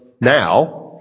now